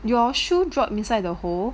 your shoe drop inside the hole